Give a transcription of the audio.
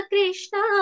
Krishna